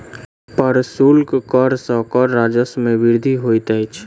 प्रशुल्क कर सॅ कर राजस्व मे वृद्धि होइत अछि